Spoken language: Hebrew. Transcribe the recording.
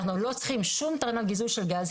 אנחנו לא צריכים שום תחנת גיזוז של גזים,